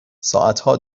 ساعتها